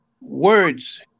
words